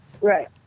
Right